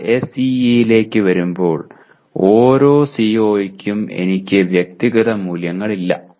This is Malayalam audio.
എന്നാൽ SEE ലേക്ക് വരുമ്പോൾ ഓരോ CO യ്ക്കും എനിക്ക് വ്യക്തിഗത മൂല്യങ്ങളില്ല